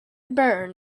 burn